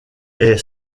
est